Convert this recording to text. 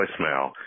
voicemail